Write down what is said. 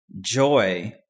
joy